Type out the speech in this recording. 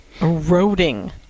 eroding